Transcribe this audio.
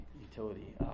utility